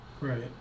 Right